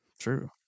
True